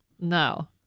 No